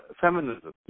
Feminism